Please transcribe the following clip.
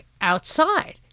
outside